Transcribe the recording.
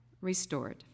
restored